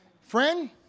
Friend